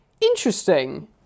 Interesting